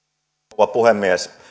rouva puhemies